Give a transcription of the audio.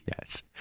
Yes